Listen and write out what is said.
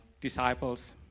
disciples